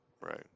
right